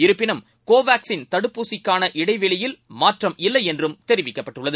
இருப்பினும் கோவாக்சின் தடுப்பூசிக்கான இடைவெளியில் மாற்றம் இல்லைஎன்றும் தெரிவிக்கப்பட்டுள்ளது